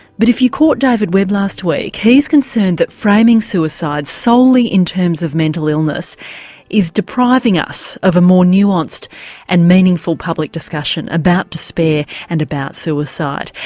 but if you caught david webb last week he's concerned that framing suicide solely in terms of mental illness is depriving us of a more nuanced and meaningful public discussion about despair and about suicide.